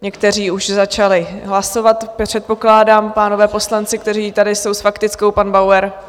Někteří už začali hlasovat, předpokládám, pánové poslanci, kteří tady jsou s faktickou, pan Bauer...